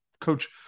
Coach